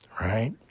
right